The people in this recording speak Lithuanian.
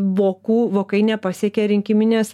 vokų vokai nepasiekė rinkiminės